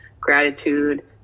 gratitude